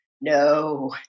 no